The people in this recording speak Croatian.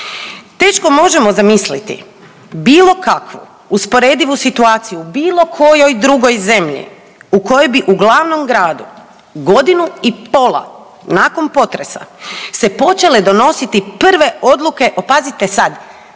Teško možemo zamisliti bilo kakvu usporedivu situaciju u bilo kojoj drugoj zemlji u kojoj bi u glavnom gradu godinu i pola nakon potresa se počele donositi prve odluke o pazite sad